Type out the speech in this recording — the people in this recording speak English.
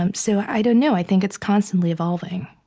um so, i don't know. i think it's constantly evolving